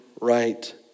right